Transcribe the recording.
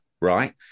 right